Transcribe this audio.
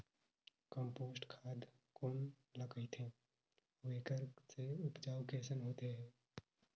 Compost खाद कौन ल कहिथे अउ एखर से उपजाऊ कैसन होत हे?